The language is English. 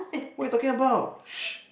what are you talking about